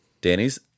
Danny's